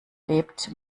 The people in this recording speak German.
lebt